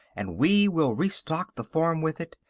and we will restock the farm with it,